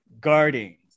guarding